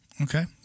Okay